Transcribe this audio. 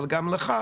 אבל גם לך.